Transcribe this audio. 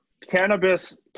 cannabis